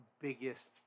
biggest